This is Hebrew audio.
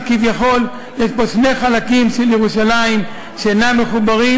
שכביכול יש פה שני חלקים של ירושלים שאינם מחוברים,